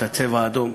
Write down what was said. את ה"צבע אדום"